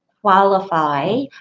qualify